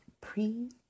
pre